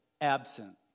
absent